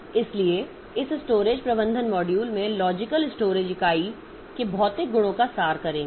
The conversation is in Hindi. इसलिए इस स्टोरेज प्रबंधन मॉड्यूल में लॉजिकल स्टोरेज इकाई के भौतिक गुणों का सार करेंगे